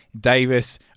Davis